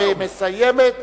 ומסיימת,